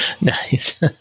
Nice